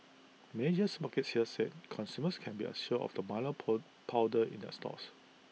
major supermarkets here said consumers can be assured of the milo po powder in their stores